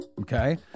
Okay